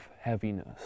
heaviness